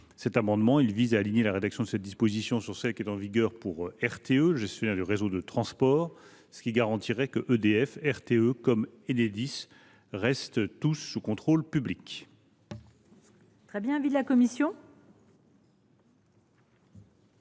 L’amendement vise à aligner la rédaction de la disposition sur celle qui est en vigueur pour RTE, gestionnaire du réseau de transport. Ainsi, il serait garanti qu’EDF, RTE et Enedis restent sous contrôle public.